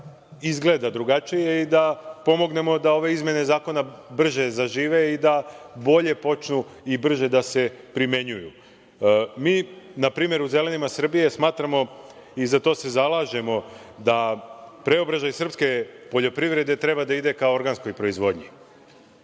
izgleda drugačije i da pomognemo da ove izmene zakona brže zažive i da počnu brže i bolje da se primenjuju. Na primer, mi u Zelenima Srbije smatramo i za to se zalažemo da preobražaj srpske poljoprivrede treba da ide ka organskoj proizvodnji.